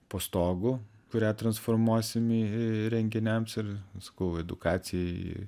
po stogu kurią transformuosim į renginiams ir sakau edukacijai